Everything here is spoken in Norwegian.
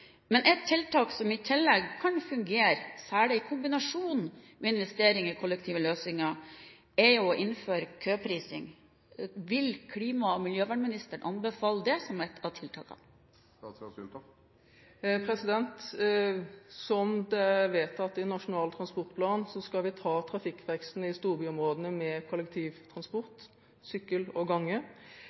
Men ett tiltak som i tillegg kan fungere, særlig i kombinasjon med investering i kollektive løsninger, er å innføre køprising. Vil klima- og miljøvernministeren anbefale det som et av tiltakene? Som det er vedtatt i Nasjonal transportplan, så skal vi ta trafikkveksten i storbyområdene med kollektivtransport, sykkel og gange.